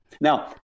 Now